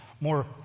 more